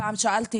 פעם שאלתי